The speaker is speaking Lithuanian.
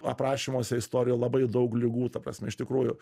aprašymuose istorijoj labai daug ligų ta prasme iš tikrųjų